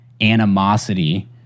animosity